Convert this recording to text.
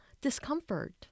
discomfort